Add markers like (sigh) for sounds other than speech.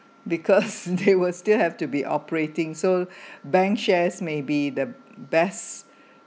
because (laughs) they will still have to be operating so bank shares may be the best